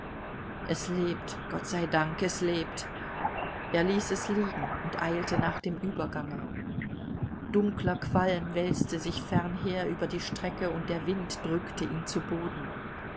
es lebt gott sei dank es lebt er ließ es liegen und eilte nach dem übergange dunkler qualm wälzte sich fernher über die strecke und der wind drückte ihn zu boden